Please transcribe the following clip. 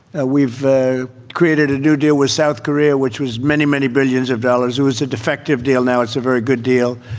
ah we've created a new deal with south korea, which was many, many billions of dollars. who was a defective deal. now it's a very good deal.